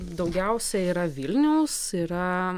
daugiausia yra vilniaus yra